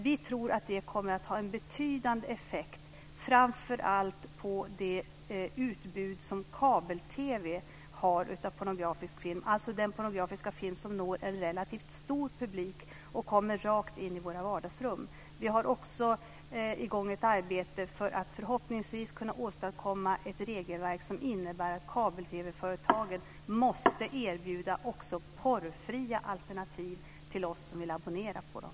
Vi tror att det kommer att ha en betydande effekt, framför allt på det utbud som kabel-TV har av pornografisk film, alltså den pornografiska film som når en relativt stor publik och kommer rakt in i våra vardagsrum. Vi har också ett arbete i gång för att förhoppningsvis kunna åstadkomma ett regelverk som innebär att kabel-TV-företagen måste erbjuda porrfria alternativ till oss som vill abonnera på dem.